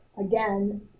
Again